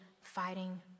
fighting